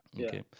Okay